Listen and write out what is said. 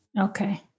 okay